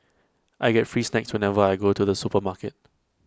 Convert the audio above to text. I get free snacks whenever I go to the supermarket